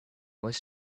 was